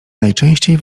najczęściej